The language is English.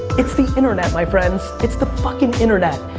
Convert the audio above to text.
it's the internet my friends, it's the fucking internet.